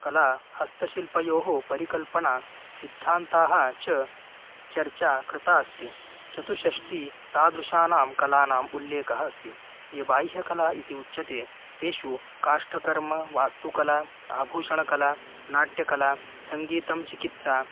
कला हस्तशिल्पयोः परिकल्पनाः सिद्धान्तानां च चर्चा कृता अस्ति चतुष्षष्ठिः तादृशानां कलानाम् उल्लेखः अस्ति ये बाह्यकला इति उच्यते तेषु काष्ठकर्म वास्तुकला आभूषणकला नाट्यकला सङ्गीतं चिकित्सा